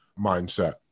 mindset